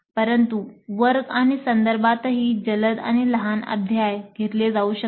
परंतु वर्ग आणि संदर्भातही जलद आणि लहान अध्याय घेतले जाऊ शकतात